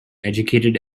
educated